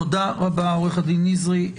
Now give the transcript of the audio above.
תודה רבה, עורך הדין נזרי.